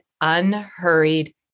Unhurried